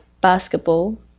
basketball